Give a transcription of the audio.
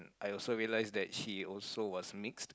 I also realised she also was mixed